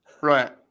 Right